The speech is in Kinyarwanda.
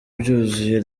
byuzuye